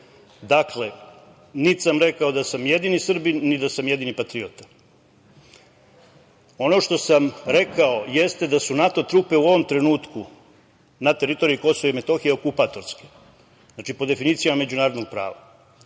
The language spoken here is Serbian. Dakle, niti sam rekao da sam jedini Srbin, ni da sam jedini patriota, ono što sam rekao jeste da su NATO trupe, u ovom trenutku, na teritoriji KiM okupatorske, znači, po definicijama međunarodnog prava.